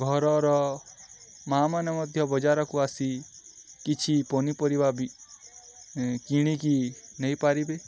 ଘରର ମା' ମାନେ ମଧ୍ୟ ବଜାରକୁ ଆସି କିଛି ପନିପରିବା ବି କିଣିକି ନେଇପାରିବେ